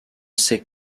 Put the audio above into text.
sait